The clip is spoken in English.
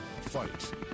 fight